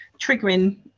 triggering